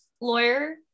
lawyer